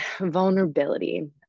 Vulnerability